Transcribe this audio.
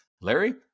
larry